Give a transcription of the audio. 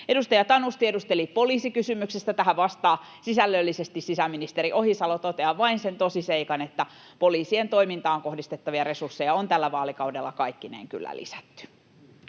Edustaja Tanus tiedusteli poliisikysymyksestä. Tähän vastaa sisällöllisesti sisäministeri Ohisalo. Totean vain sen tosiseikan, että poliisien toimintaan kohdistettavia resursseja on tällä vaalikaudella kaikkineen kyllä lisätty.